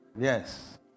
yes